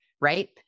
right